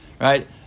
Right